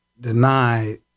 deny